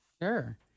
Sure